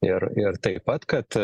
ir ir taip pat kad